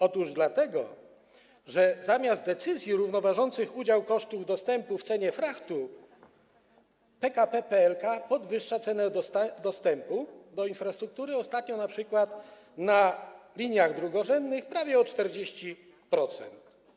Otóż dlatego, że zamiast decyzji równoważących udział kosztów dostępu w cenie frachtu PKP PLK podwyższa cenę dostępu do infrastruktury, ostatnio np. na liniach drugorzędnych prawie o 40%.